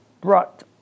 brought